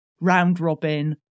round-robin